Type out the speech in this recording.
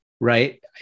right